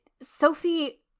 Sophie